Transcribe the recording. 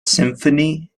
symphony